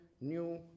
new